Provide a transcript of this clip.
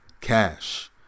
cash